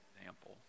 example